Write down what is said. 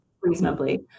reasonably